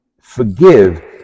forgive